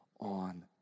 on